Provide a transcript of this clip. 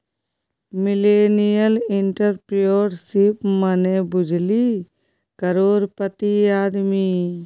millennial entrepreneurship मने बुझली करोड़पति आदमी